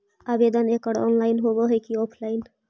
आवेदन एकड़ ऑनलाइन होव हइ की ऑफलाइन?